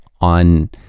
on